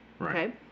okay